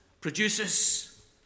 produces